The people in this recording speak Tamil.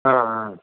ஆ ஆ